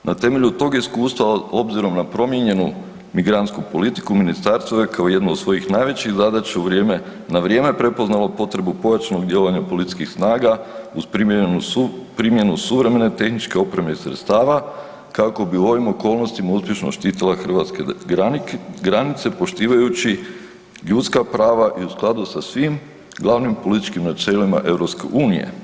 Na temelju tog iskustva obzirom na promijenjenu migrantsku politiku ministarstvo je kao jednu od svojih najvećih zadaća u vrijeme, na vrijeme prepoznalo potrebu pojačanog djelovanja policijskih snaga uz primjenu suvremene tehničke opreme i sredstava kako bi u ovim okolnostima uspješno štitila hrvatske granice poštivajući ljudska prava i u skladu sa svim glavnim političkim načelima EU.